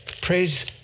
Praise